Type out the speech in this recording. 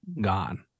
gone